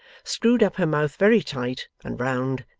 screwed up her mouth very tight and round,